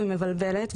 מבלבלת,